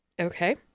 Okay